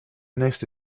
nächste